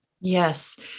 Yes